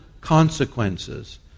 consequences